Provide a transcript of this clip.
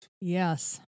Yes